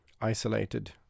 isolated